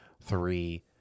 three